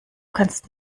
kannst